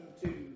two